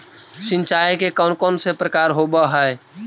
सिंचाई के कौन कौन से प्रकार होब्है?